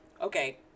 Okay